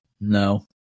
no